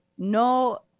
no